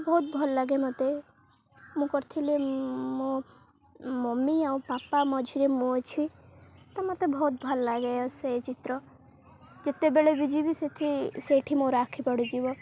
ବହୁତ ଭଲ ଲାଗେ ମୋତେ ମୁଁ କରିଥିଲି ମୋ ମମି ଆଉ ପାପା ମଝିରେ ମୁଁ ଅଛି ତ ମୋତେ ବହୁତ ଭଲ ଲାଗେ ସେ ଚିତ୍ର ଯେତେବେଳେ ବି ଯିବି ସେଠି ସେଇଠି ମୋ ଆଖି ପଡ଼ିଯିବ